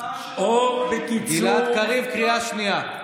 ההשפעה של, גלעד קריב, קריאה שנייה.